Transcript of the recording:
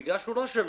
הרי המגרש לא שלו.